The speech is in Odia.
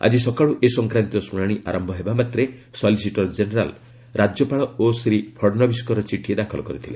ଆଜି ସକାଳୁ ଏ ସଂକ୍ରାନ୍ତୀୟ ଶୁଣାଣି ଆରମ୍ଭ ହେବା ମାତ୍ରେ ସଲିସିଟର ଜେନେରାଲ୍ ରାକ୍ୟପାଳ ଓ ଶ୍ରୀ ଫଡ଼ନବିସଙ୍କର ଚିଠି ଦାଖଲ କରିଥିଲେ